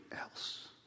else